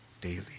daily